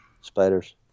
spiders